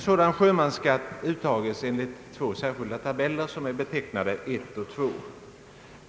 Sjömansskatten uttages enligt två särskilda tabeller, betecknade I och II.